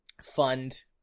fund